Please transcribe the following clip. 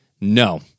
no